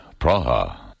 Praha